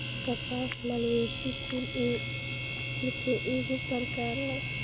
कपास मालवेसी कुल के एगो प्रकार ह